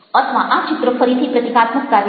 અથવા આ ચિત્ર ફરીથી પ્રતીકાત્મક કાર્ય કરે છે